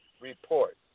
report